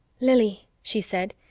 lili, she said,